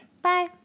Bye